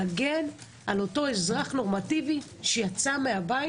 להגן על אותו אזרח נורמטיבי שיצא מהבית